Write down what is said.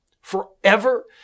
forever